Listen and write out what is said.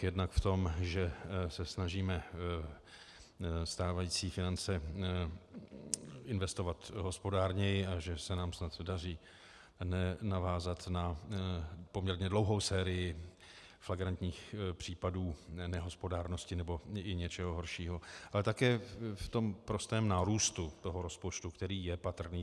Jednak v tom, že se snažíme stávající finance investovat hospodárněji a že se nám snad daří nenavázat na poměrně dlouhou sérii flagrantních případů nehospodárnosti nebo i něčeho horšího, ale také v prostém nárůstu toho rozpočtu, který je patrný.